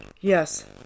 Yes